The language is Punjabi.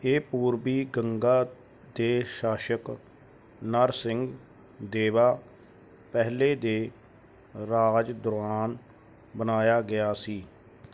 ਇਹ ਪੂਰਬੀ ਗੰਗਾ ਦੇ ਸ਼ਾਸਕ ਨਰਸਿੰਘ ਦੇਵਾ ਪਹਿਲੇ ਦੇ ਰਾਜ ਦੌਰਾਨ ਬਣਾਇਆ ਗਿਆ ਸੀ